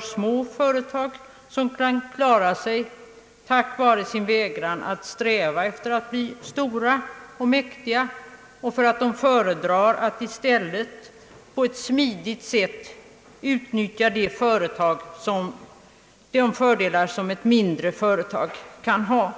små företag som kan klara sig tack vare sin vägran att sträva efter att bli stora och mäktiga, tack vare att de föredrar att på ett smidigt sätt utnyttja de fördelar som ett mindre företag kan ha.